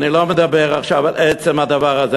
אני לא מדבר עכשיו על עצם הדבר הזה,